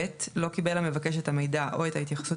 (ב) לא קיבל המבקש את המידע או את ההתייחסות